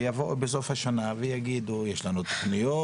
ויבואו בסוף השנה ויגידו: יש לנו תוכניות,